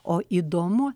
o įdomu